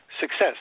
success